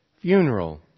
funeral